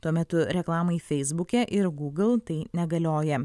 tuo metu reklamai feisbuke ir gūgl tai negalioja